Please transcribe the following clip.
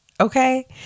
Okay